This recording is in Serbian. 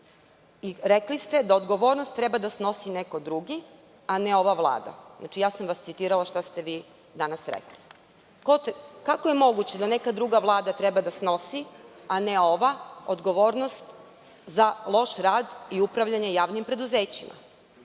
Rekli ste da odgovornost treba da snosi neko drugi, a ne ova Vlada. Znači, ja sam citirala šta ste vi danas rekli. Kako je moguće da neka druga vlada treba da snosi, a ne ova, odgovornost za loš rad i upravljanje javnim preduzećima?